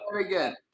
again